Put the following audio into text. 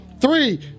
Three